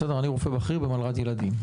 אני רופא בכיר במלר"ד ילדים.